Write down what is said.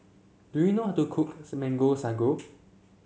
do you know how to cooks Mango Sago